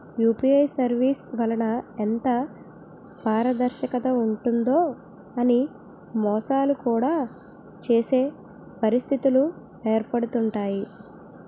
UPI services వలన ఎంత పారదర్శకత ఉంటుందో అని మోసాలు కూడా చేసే పరిస్థితిలు ఏర్పడుతుంటాయి